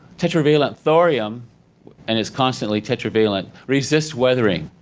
tetra-valent thorium and it's constantly tetra-valent resists weathering.